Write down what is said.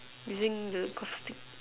using the golf stick